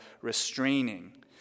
restraining